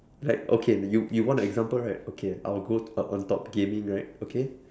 like okay you you want an example right okay I will go to on on top gaming right okay